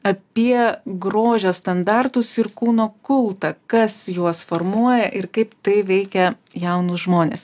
apie grožio standartus ir kūno kultą kas juos formuoja ir kaip tai veikia jaunus žmones